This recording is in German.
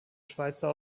schweizer